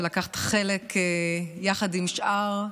שלקחת חלק יחד עם שאר,